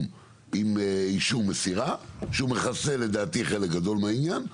עם אישור מסירה שלדעתי הוא מכסה חלק גדול מהעניין,